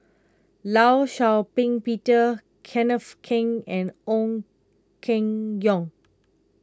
Law Shau Ping Peter Kenneth Keng and Ong Keng Yong